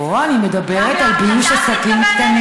לא, אני מדברת על ביוש עסקים קטנים.